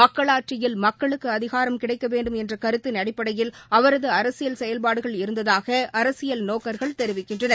மக்களாட்சியில் மக்களுக்குஅதிகாரம் என்றகருத்தின் அடிப்படையில் அவரதுஅரசியல் செயல்பாடுகள் இருந்ததாகஅரசியல் நோக்கர்கள் தெரிவிக்கின்றனர்